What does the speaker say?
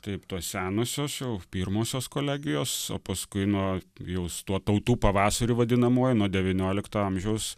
taip tos senosios jau pirmosios kolegijos o paskui nuo jau su tuo tautų pavasariu vadinamuoju nuo devyniolikto amžiaus